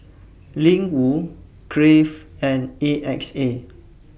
Ling Wu Crave and A X A